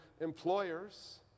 employers